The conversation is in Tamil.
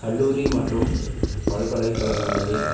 கல்லூரி மற்றும் பல்கலைக்கழகங்களில்